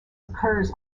occurs